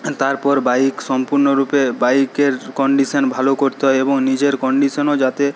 তারপর বাইক সম্পূর্ণ রূপে বাইকের কন্ডিশন ভালো করতে হয় এবং নিজের কন্ডিশনও যাতে